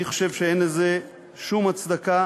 אני חושב שאין לזה שום הצדקה,